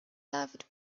loved